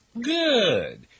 Good